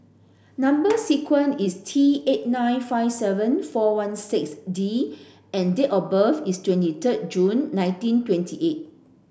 number sequence is T eight nine five seven four one six D and date of birth is twenty third June nineteen twenty eight